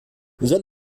soll